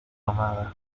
amada